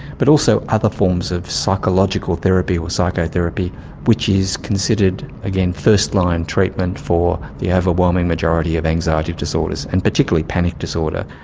but also other forms of psychological therapy or psychotherapy which is considered, again, first-line treatment for the overwhelming majority of anxiety disorders, and particularly panic disorder.